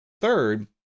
Third